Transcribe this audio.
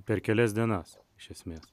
per kelias dienas iš esmės